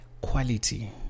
quality